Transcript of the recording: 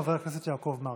חבר הכנסת יעקב מרגי.